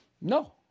No